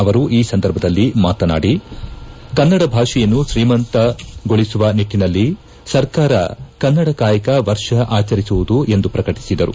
ಅವರು ಈ ಸಂದರ್ಭದಲ್ಲಿ ಮಾತನಾಡಿ ಕನ್ನಡ ಭಾಷೆಯನ್ನು ಮತ್ತಪ್ಪು ಶ್ರೀಮಂತಗೊಳಿಸುವ ನಿಟ್ಟನಲ್ಲಿ ಸರ್ಕಾರ ಕನ್ನಡ ಕಾಯಕ ವರ್ಷ ಆಚರಿಸುವುದು ಎಂದು ಪ್ರಕಟಿಸಿದರು